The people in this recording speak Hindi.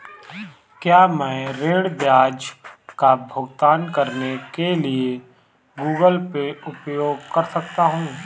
क्या मैं ऋण ब्याज का भुगतान करने के लिए गूगल पे उपयोग कर सकता हूं?